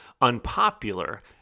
unpopular